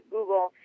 Google